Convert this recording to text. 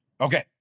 okay